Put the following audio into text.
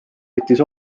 võttis